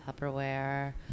Tupperware